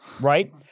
right